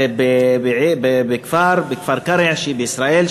זה בכפר-קרע בישראל,